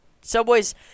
Subway's